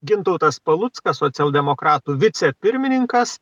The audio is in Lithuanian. gintautas paluckas socialdemokratų vicepirmininkas